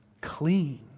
Clean